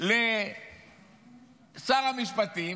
לשר המשפטים